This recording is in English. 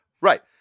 Right